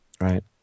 Right